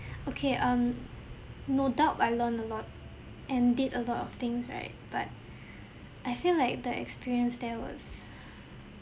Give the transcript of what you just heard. okay um no doubt I learnt a lot and did a lot of things right but I feel like the experience there was